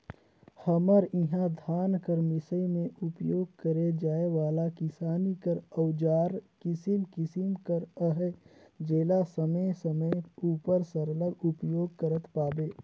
हमर इहा धान कर मिसई मे उपियोग करे जाए वाला किसानी कर अउजार किसिम किसिम कर अहे जेला समे समे उपर सरलग उपियोग करत पाबे